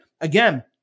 Again